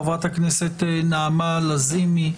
חברת הכנסת נעמה לזימי,